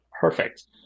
Perfect